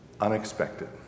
unexpected